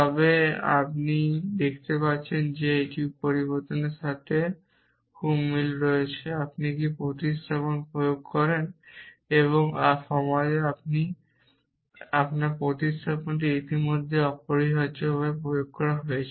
তবে আপনি দেখতে পাচ্ছেন যে এটি পরিবর্তনের সাথে খুব মিল রয়েছে আপনি কি প্রতিস্থাপন প্রয়োগ করেন এবং সমাধানে আপনার প্রতিস্থাপনটি ইতিমধ্যেই অপরিহার্যভাবে প্রয়োগ করা হয়েছে